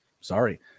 Sorry